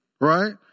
right